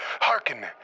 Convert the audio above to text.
Hearken